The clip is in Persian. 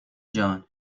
جان